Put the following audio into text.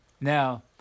Now